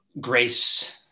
grace